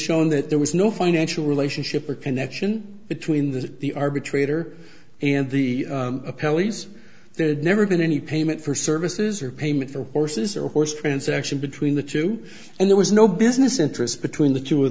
shown that there was no financial relationship or connection between the the arbitrator and the pelleas there had never been any payment for services or payment for horses or horse transaction between the two and there was no business interest between the two of